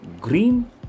green